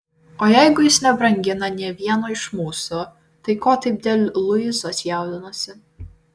o jeigu jis nebrangina nė vieno iš mūsų tai ko taip dėl luizos jaudinasi